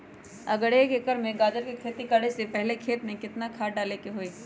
अगर एक एकर में गाजर के खेती करे से पहले खेत में केतना खाद्य डाले के होई?